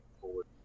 forward